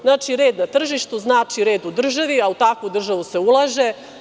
Znači red na tržištu znači red u državi, a u takvu državu se ulaže.